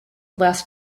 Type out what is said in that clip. last